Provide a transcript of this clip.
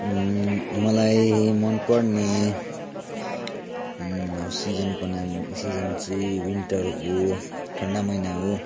मलाई मनपर्ने अब सिजनको नाम सिजन चाहिँ विन्टर हो ठन्डा महिना हो